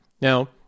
now